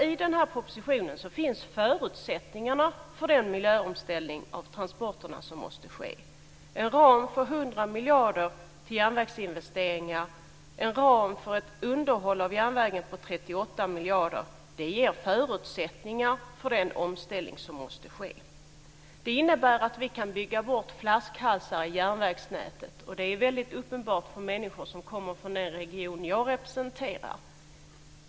I den här propositionen finns förutsättningarna för den miljöomställning av transporterna som måste ske. En ram på 100 miljarder till järnvägsinvesteringar och en ram på 38 miljarder till underhåll av järnvägen ger förutsättningar för den omställning som måste ske. Det innebär att vi kan bygga bort flaskhalsar i järnvägsnätet, något som är väldigt uppenbart för människor som kommer från den region som jag representerar.